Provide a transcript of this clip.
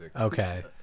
Okay